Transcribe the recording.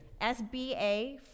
SBA